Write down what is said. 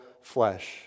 flesh